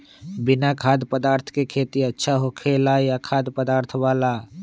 बिना खाद्य पदार्थ के खेती अच्छा होखेला या खाद्य पदार्थ वाला?